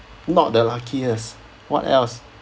not the luckiest what else